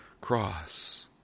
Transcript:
cross